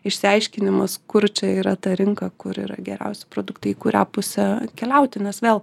išsiaiškinimas kur čia yra ta rinka kur yra geriausi produktai į kurią pusę keliauti nes vėl